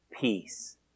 peace